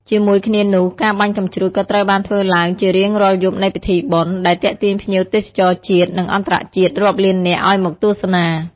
ជាមួយគ្នានោះ ការបាញ់កាំជ្រួចក៏ត្រូវបានធ្វើឡើងជារៀងរាល់យប់នៃពិធីបុណ្យ ដែលទាក់ទាញភ្ញៀវទេសចរជាតិ និងអន្តរជាតិរាប់លាននាក់ឲ្យមកទស្សនា។